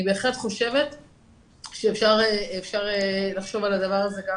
אני בהחלט חושבת שאפשר לחשוב על הדבר הזה גם,